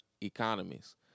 economies